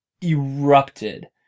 erupted